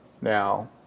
now